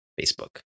facebook